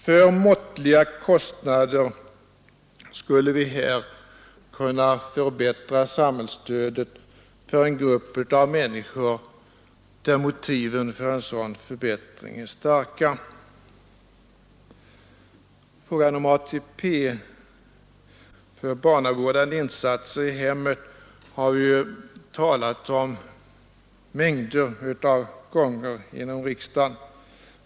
För måttliga kostnader skulle vi här kunna förbättra samhällsstödet för en grupp människor där motiven för en sådan förbättring är starka. Frågan om ATP för barnavårdande insatser i hemmet har vi talat om mängder av gånger inom riksdagen.